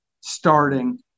starting